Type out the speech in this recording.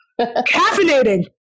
caffeinating